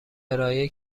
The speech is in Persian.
ارائهای